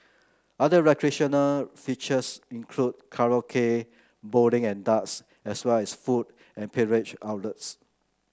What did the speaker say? other recreational features include karaoke bowling and darts as well as food and beverage outlets